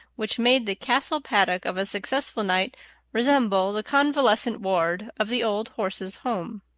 which made the castle paddock of a successful knight resemble the convalescent ward of the old horses' home.